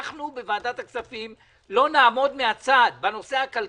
אנחנו בוועדת הכספים לא נעמוד מן הצד בנושא הכלכלי,